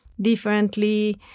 differently